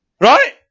Right